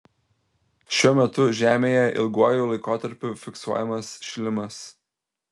šiuo metu žemėje ilguoju laikotarpiu fiksuojamas šilimas